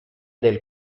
del